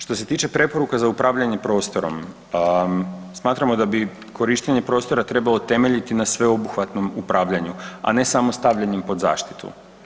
Što se tiče preporuka za upravljanje prostorom, smatramo da bi korištenje prostora trebalo temeljiti na sveobuhvatnom upravljanju, a ne samo stavljanjem pod zaštitu.